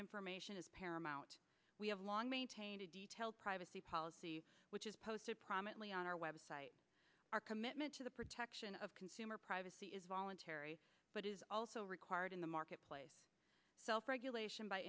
information is paramount we have long maintained a detailed privacy policy which is posted prominently on our website our commitment to the protection of consumer privacy is voluntary but is also required in the marketplace self regulation by